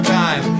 time